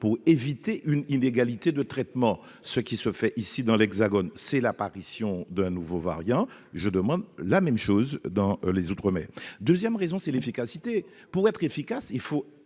pour éviter une inégalité de traitement, ce qui se fait ici dans l'Hexagone, c'est l'apparition d'un nouveau variant, je demande la même chose dans les outre-mer 2ème raison, c'est l'efficacité, pour être efficace, il faut